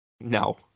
No